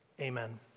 amen